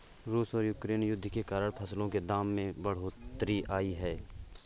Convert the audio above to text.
रूस और यूक्रेन युद्ध के कारण फसलों के दाम में बढ़ोतरी आई है